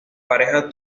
pareja